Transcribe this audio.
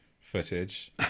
footage